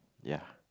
ya